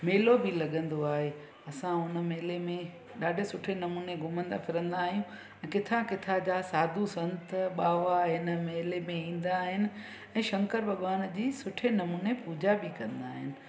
मेलो बि लॻंदो आहे असां हुन मेले में ॾाढे सुठे नमूने घुमंदा फिरंदा आहियूं ऐं किथां किथां जा साधू संत बावा हिन मेले में ईंदा आहिनि ऐं शंकर भॻवान जी सुठे नमूने पूॼा बि कंदा आहिनि